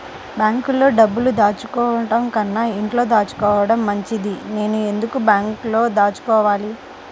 బ్యాంక్లో డబ్బులు దాచుకోవటంకన్నా ఇంట్లో దాచుకోవటం మంచిది నేను ఎందుకు బ్యాంక్లో దాచుకోవాలి?